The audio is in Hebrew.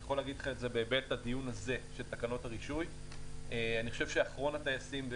אני יכול להגיד לך למשל בהיבט של תקנות הרישוי שאחרון הטייסים,